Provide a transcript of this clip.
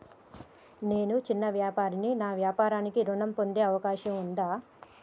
నేను చిన్న వ్యాపారిని నా వ్యాపారానికి ఋణం పొందే అవకాశం ఉందా?